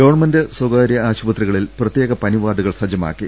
government സ്ഥകാര്യ ആശുപത്രികളിൽ പ്രത്യേക പനി വാർഡുകൾ സജ്ജമാക്കി